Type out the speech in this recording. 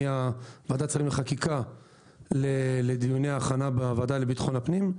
מוועדת השרים לחקיקה לדיוני ההכנה בוועדה לביטחון הפנים.